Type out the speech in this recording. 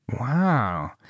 Wow